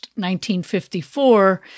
1954